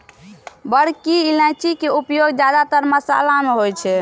बड़की इलायची के उपयोग जादेतर मशाला मे होइ छै